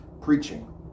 preaching